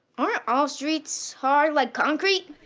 aren't all streets hard like concrete?